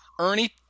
Ernie